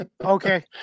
Okay